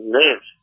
live